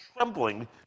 trembling